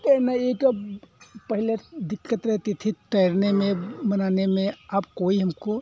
तैरना ये सब पहले दिक्कत रहती थी तैरने में बनाने में अब कोई हमको